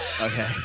Okay